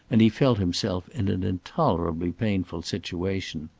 and he felt himself in an intolerably painful situation.